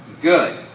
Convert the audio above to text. good